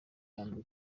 yambere